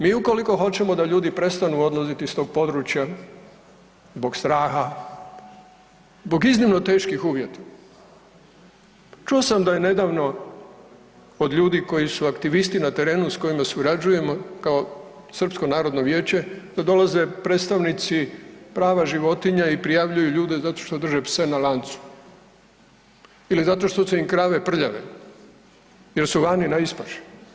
Mi ukoliko hoćemo da ljudi prestanu odlaziti s tog područja zbog straha, zbog iznimno teških uvjeta, čuo sam da je nedavno od ljudi koji su aktivisti na terenu s kojima surađujemo kao Srpsko narodno vijeće, da dolaze predstavnici prava životinja i prijavljuju ljude zato što drže pse na lancu ili zato što su im krave prljave jer su vani na ispaši.